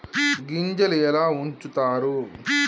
గింజలు ఎలా ఉంచుతారు?